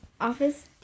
Office